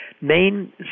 Main